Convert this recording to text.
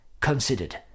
considered